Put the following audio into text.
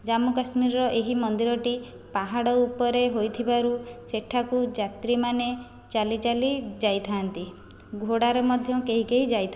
ଜାମ୍ମୁ କାଶ୍ମୀରରେ ଏହି ମନ୍ଦିର ଟି ପାହାଡ଼ ଉପରେ ହୋଇଥିବାରୁ ସେଠାକୁ ଯାତ୍ରୀମାନେ ଚାଲି ଚାଲି ଯାଇଥାନ୍ତି ଘୋଡ଼ାରେ ମଧ୍ୟ କେହି କେହି ଯାଇଥାନ୍ତି